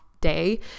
day